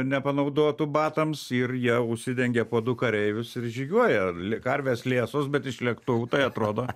nepanaudotų batams ir jie užsidengia po du kareivius ir žygiuoja karvės liesos bet iš lėktuvų tai atrodo